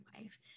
life